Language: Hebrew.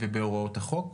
ובהוראות החוק.